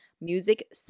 music